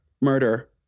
Murder